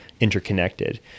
interconnected